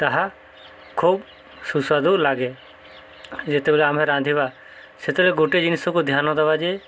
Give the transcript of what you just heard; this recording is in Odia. ତାହା ଖୁବ ସୁସ୍ୱାଦୁ ଲାଗେ ଯେତେବେଳେ ଆମେ ରାନ୍ଧିବା ସେତେବେଳେ ଗୋଟେ ଜିନିଷକୁ ଧ୍ୟାନ ଦେବା ଯେ